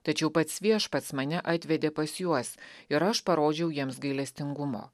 tačiau pats viešpats mane atvedė pas juos ir aš parodžiau jiems gailestingumo